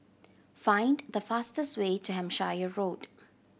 find the fastest way to Hampshire Road